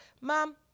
Mom